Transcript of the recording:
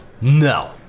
No